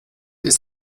ist